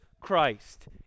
Christ